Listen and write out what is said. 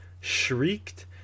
shrieked